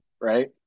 right